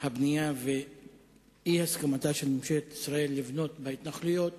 הבנייה ואי-הסכמתה של ממשלת ישראל לבנות בהתנחלויות